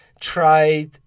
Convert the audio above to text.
try